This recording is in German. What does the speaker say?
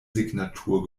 signatur